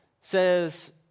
Says